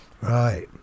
Right